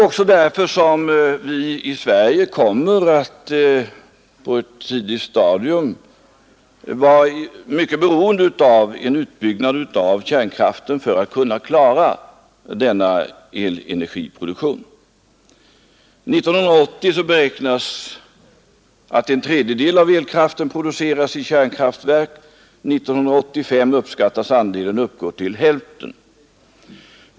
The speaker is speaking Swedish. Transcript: Vi kommer i Sverige på ett tidigt stadium att vara mycket beroende av en utbyggnad av kärnkraften för att kunna klara denna elenergiproduktion. Det beräknas att en tredjedel av elkraften produceras i kärnkraftverk år 1980 och andelen uppskattas år 1985 uppgå till hälften.